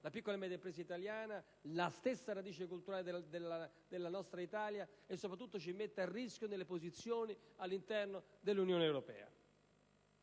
la piccola e media impresa italiana, la stessa radice culturale della nostra Italia e, soprattutto, le nostre posizioni all'interno dell'Unione europea.